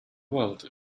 world